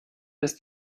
ist